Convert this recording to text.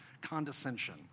condescension